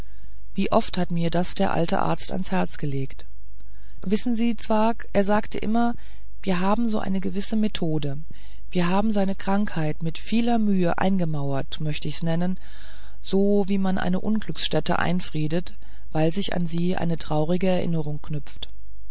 wie oft hat mir das der alte arzt ans herz gelegt wissen sie zwakh sagte er immer wir haben so eine gewisse methode wir haben seine krankheit mit vieler mühe eingemauert möchte ich's nennen so wie man eine unglücksstätte einfriedet weil sich an sie eine traurige erinnerung knüpft